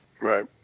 Right